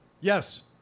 Yes